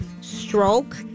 stroke